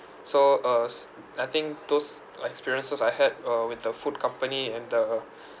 so uh s~ I think those experiences I had uh with the food company and the